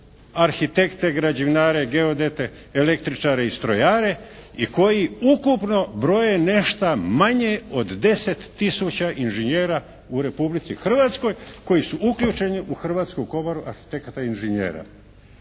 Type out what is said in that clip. arhitekte, građevinare, geodete, električare i strojare i koji ukupno broje nešta manje od 10 tisuća inžinjera u Republici Hrvatskoj koji su uključeni u Hrvatsku komoru arhitekata i inžinjera.